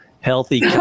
healthy